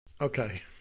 Okay